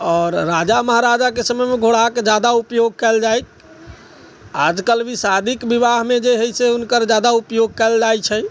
आओर राजा महराजा के समय मे घोड़ाक जादा उपयोग कयल जाइ आजकल भी शादीक विवाह मे जे हय से हुनकर जादा उपयोग कयल जाइ छै